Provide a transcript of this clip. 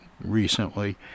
recently